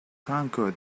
conquer